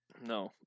No